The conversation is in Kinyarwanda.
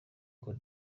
côte